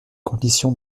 conditions